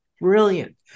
Brilliant